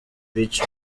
beach